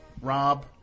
Rob